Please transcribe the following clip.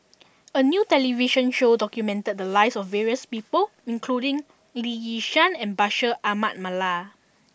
a new television show documented the lives of various people including Lee Yi Shyan and Bashir Ahmad Mallal